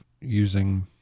using